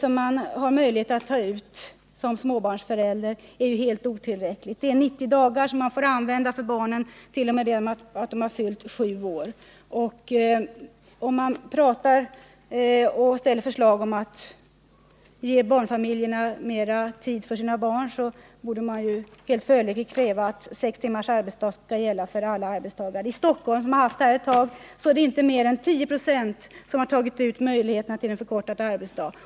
Det man har möjlighet att ta ut som småbarnsförälder är ju helt otillräckligt. Det är 90 dagar som man får använda för barnen till dess att de fyllt sju år. Om man ställer förslag om att barnfamiljerna skall ges mera tid för sina barn borde man följdriktigt kräva att sex timmars arbetsdag skall gälla för alla arbetstagare. I Stockholm, där systemet med förkortad arbetsdag tillämpats ett tag, är det inte mer än 10 96 som begagnat möjligheten.